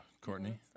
Courtney